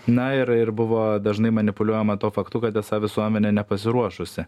na ir ir buvo dažnai manipuliuojama tuo faktu kad esą visuomenė nepasiruošusi